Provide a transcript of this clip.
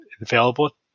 available